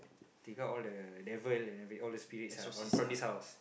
take out all the devil and every all the spirits ah all from this house